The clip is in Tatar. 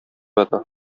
ята